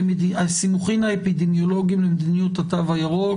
הסימוכין האפידמיולוגי למדיניות התו הירוק.